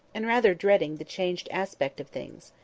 and rather dreading the changed aspect of things.